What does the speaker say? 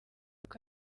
uko